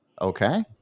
Okay